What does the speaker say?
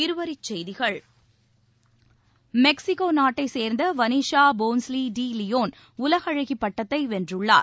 இருவரிச்செய்திகள் மெக்ஸிகோநாட்டைச் சேர்ந்தவனீஷாபோன்ஸி டி லியோன் உலகஅழகிப் பட்டத்தைவென்றுள்ளார்